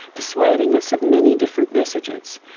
persuading us of many different messages.